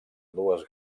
dues